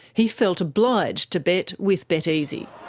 he felt obliged to bet with beteasy.